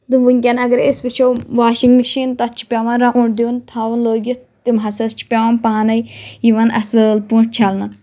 تہٕ وٕنکؠن اَگَر أسۍ وٕچھو واشنگ مِشیٖن تَتھ چھ پؠوان راوُنٛڈ دِیُن تھاوُن لٲگِتھ تِم ہَسا چھ پؠوان پانَے یِوان اصل پٲٹھۍ چھلنہٕ